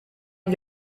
gli